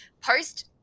post